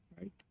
right